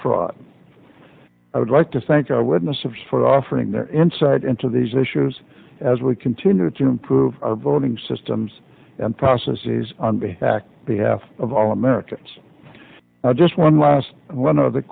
fraud i would like to thank eyewitnesses for offering their insight into these issues as we continue to improve our voting systems and processes and be acting behalf of all americans not just one last one of the